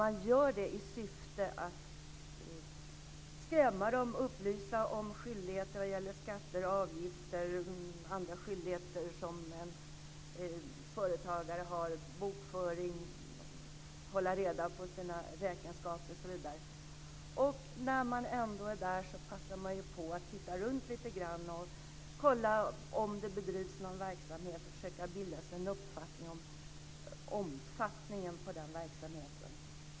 Man gör det i syfte att skrämma dem och upplysa om skyldigheter vad gäller skatter och avgifter och om andra skyldigheter som en företagare har, bokföring, ordning på räkenskaper osv. När man ändå är där passar man också på att titta runt lite grann, kollar om det bedrivs någon verksamhet och försöker bilda sig en uppfattning om omfattningen på den verksamheten.